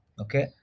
okay